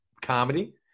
Comedy